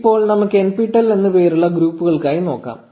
1103 ഇപ്പോൾ നമുക്ക് nptel എന്ന പേരുള്ള ഗ്രൂപ്പുകൾക്കായി നോക്കാം